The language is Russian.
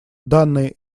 данная